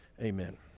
Amen